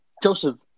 Joseph